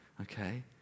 okay